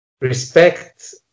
respect